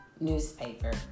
newspaper